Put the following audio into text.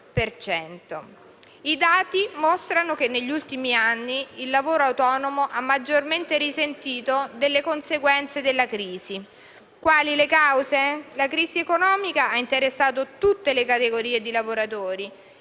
I dati mostrano che negli ultimi anni il lavoro autonomo ha maggiormente risentito delle conseguenze della crisi. Quali sono le cause? La crisi economica ha interessato tutte le categorie di lavoratori,